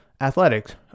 Athletics